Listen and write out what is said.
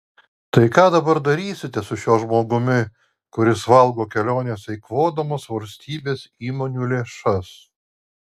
tai ką dabar darysite su šiuo žmogumi kuris valgo kelionėse eikvodamas valstybės įmonių lėšas